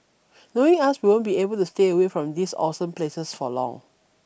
knowing us we won't be able to stay away from these awesome places for long